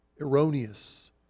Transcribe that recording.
erroneous